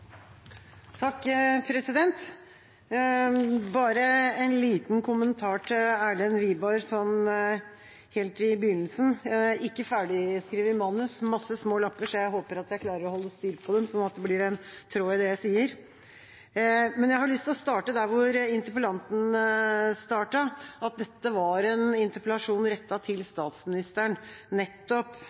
Bare en liten kommentar til Erlend Wiborg, sånn helt i begynnelsen. Jeg har ikke et ferdigskrevet manus, men masse små lapper, og jeg håper jeg klarer å holde styr på dem, så det blir en tråd i det jeg sier. Jeg har lyst til å starte der hvor interpellanten startet, at dette var en interpellasjon rettet til statsministeren, nettopp